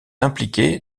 impliqué